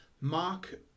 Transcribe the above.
Mark